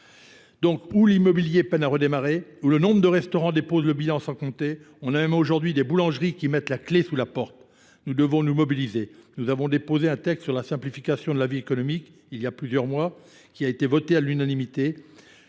Donc où l'immobilier peine à redémarrer ? Où le nombre de restaurants déposent le bilan sans compter ? On a même aujourd'hui des boulangeries qui mettent la clé sous la porte. Nous devons nous mobiliser. Nous avons déposé un texte sur la simplification de la vie économique, il y a plusieurs mois, qui a été voté à l'unanimité.